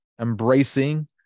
embracing